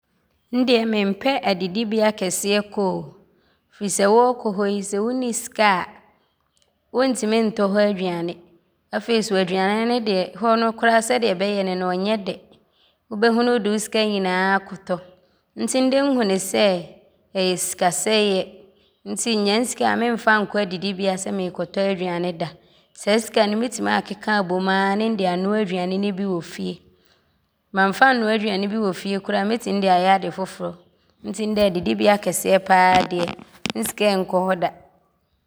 Ndeɛ mempɛ adidibea kɛseɛ kɔ o firi sɛ wɔɔkɔ hɔ yi sɛ wonni sika a, wɔntim ntɔ hɔ aduane. Afei so aduane no ne deɛ, hɔ no sɛdeɛ bɛyɛ ne ne koraa no, ɔnyɛ dɛ. Wobɛhu ne wode wo sika nyinaa akɔtɔ nti ndeɛ nhu ne sɛ ɔyɛ sikasɛeɛ nti nnya nsika a memfa nkɔ adidibea sɛ meekɔtɔ aduane da. Saa sika no, mɛtim aakeka abom ara de anoa aduane ne bi wɔ fie. Mamfa annoa aduane bi wɔ fie a koraa a, mɛtim de ayɛ ade foforɔ nti ndeɛ adidibea kɛseɛ pa ara deɛ, nsika ɔnkɔ hɔ da.